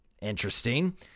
Interesting